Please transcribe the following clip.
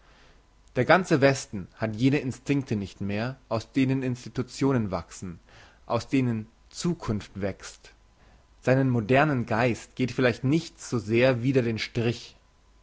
der ganze westen hat jene instinkte nicht mehr aus denen institutionen wachsen aus denen zukunft wächst seinem modernen geiste geht vielleicht nichts so sehr wider den strich